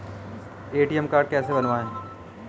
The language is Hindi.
ए.टी.एम कार्ड कैसे बनवाएँ?